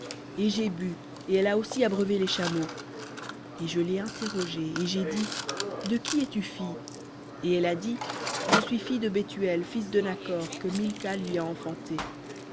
et j'ai bu et elle a aussi abreuvé les chameaux et je l'ai interrogée et j'ai dit de qui es-tu fille et elle a dit je suis fille de bethuel fils de nakhor que milca lui a enfanté